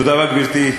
תודה לך, גברתי.